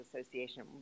Association